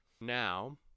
Now